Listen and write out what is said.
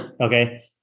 Okay